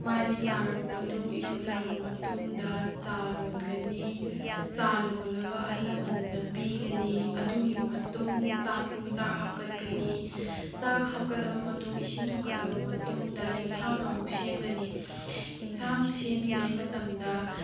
ꯃꯥꯏ ꯃꯤꯠ ꯇꯥꯔꯕ ꯃꯇꯨꯡ ꯏꯔꯨꯖꯔꯕ ꯃꯇꯨꯡꯗ ꯆꯥ ꯂꯣꯟꯒꯅꯤ ꯆꯥ ꯂꯣꯜꯂꯒ ꯑꯍꯜ ꯂꯃꯟꯗ ꯄꯤꯒꯅꯤ ꯑꯗꯨꯒꯤ ꯃꯇꯨꯡ ꯆꯥꯛꯐꯨ ꯆꯥꯛ ꯍꯥꯞꯀꯠꯀꯅꯤ ꯆꯥꯛ ꯍꯥꯞꯀꯠꯂꯕ ꯃꯇꯨꯡ ꯏꯁꯤꯡ ꯊꯣꯡꯒꯠꯂꯕ ꯃꯇꯨꯡꯗ ꯑꯦꯟꯁꯥꯡ ꯑꯃꯨꯛ ꯁꯦꯝꯒꯅꯤ ꯑꯦꯟꯁꯥꯡ ꯁꯦꯝꯃꯤꯉꯩ ꯃꯇꯝꯗ